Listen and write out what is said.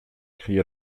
cria